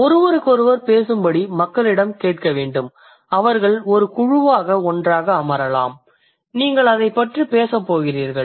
ஒருவருக்கொருவர் பேசும்படி மக்களிடம் கேட்க வேண்டும் அவர்கள் ஒரு குழுவாக ஒன்றாக அமரலாம் நீங்கள் அதைப் பற்றி பேசப் போகிறீர்கள்